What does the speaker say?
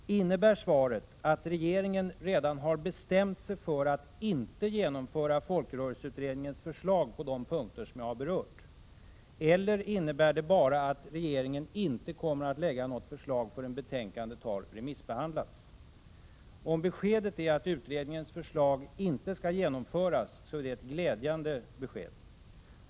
Innebär svaret att regeringen redan har bestämt sig för att inte genomföra folkrörelseutredningens förslag på de punkter jag har berört, eller innebär det bara att regeringen inte kommer att lägga något förslag förrän betänkandet remissbehandlats? Om beskedet är att utredningens förslag inte skall genomföras, är det ett glädjande besked.